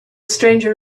stranger